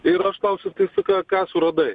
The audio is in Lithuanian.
ir aš klausiu tai ką ką suradai